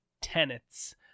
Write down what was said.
tenets